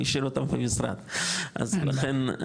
הוא השאיר אותם במשרד אז לכן,